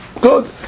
Good